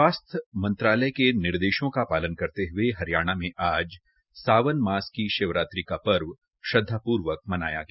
स्वास्थ्य मंत्रालय के निर्देशों का पालने करते हये हरियाणा में आज सावन मास की शिवरात्रि का पर्व श्रद्वापूर्वक मनाया गया